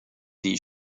des